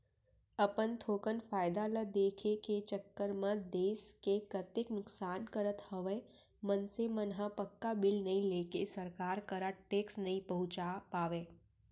अपन थोकन फायदा ल देखे के चक्कर म देस के कतेक नुकसान करत हवय मनसे मन ह पक्का बिल नइ लेके सरकार करा टेक्स नइ पहुंचा पावय